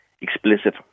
explicit